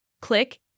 click